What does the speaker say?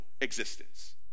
existence